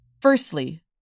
Firstly